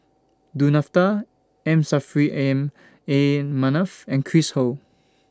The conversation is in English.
Du Nanfa M Saffri Am A Manaf and Chris Ho